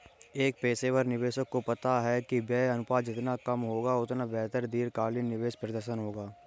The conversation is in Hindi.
एक पेशेवर निवेशक को पता है कि व्यय अनुपात जितना कम होगा, उतना बेहतर दीर्घकालिक निवेश प्रदर्शन होगा